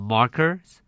Markers